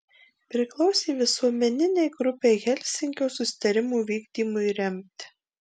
priklausė visuomeninei grupei helsinkio susitarimų vykdymui remti